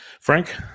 Frank